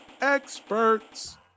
experts